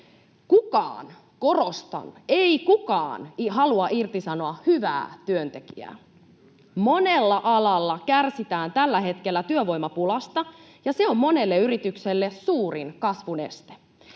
kukaan — korostan: ei kukaan — halua irtisanoa hyvää työntekijää. Monella alalla kärsitään tällä hetkellä työvoimapulasta, ja se on monelle yritykselle suurin kasvun este.